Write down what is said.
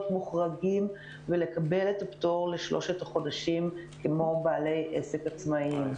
מוחרגים ולקבל את הפטור לשלושה חודשים כמו בעלי עסקים עצמאיים.